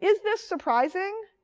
is this surprising?